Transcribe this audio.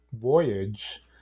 voyage